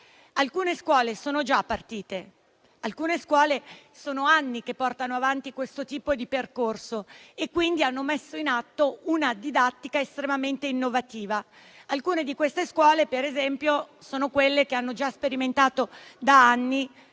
Alcune scuole sono già partite. Alcune scuole da anni portano avanti questo tipo di percorso e hanno messo in atto una didattica estremamente innovativa. Alcune di queste scuole, per esempio, sono quelle che hanno già sperimentato da anni,